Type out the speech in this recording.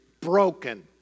broken